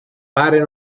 pare